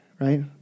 right